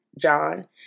John